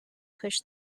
pushed